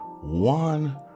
one